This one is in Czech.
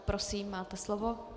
Prosím, máte slovo.